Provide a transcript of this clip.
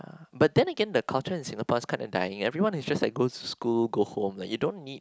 but then again the culture in Singapore is kind of like dying everyone is just like go to school go home you don't need